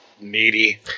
needy